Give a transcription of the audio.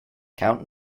count